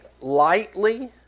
lightly